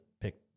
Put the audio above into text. pick